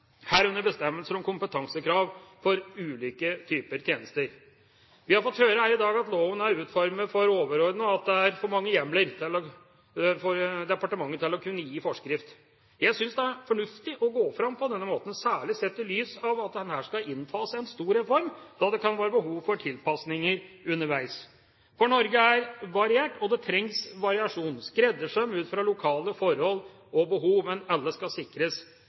herunder bestemmelser om kompetansekrav for ulike typer tjenester. Vi har fått høre her i dag at loven er utformet for overordnet, og at det er for mange hjemler for departementet til å kunne gi forskrift. Jeg synes det er fornuftig å gå fram på denne måten, særlig sett i lys av at en her skal innfase en stor reform. Da kan det være behov for tilpasninger underveis. For Norge er variert, og det trengs variasjon – skreddersøm ut fra lokale forhold og behov – men alle skal sikres